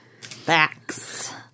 Facts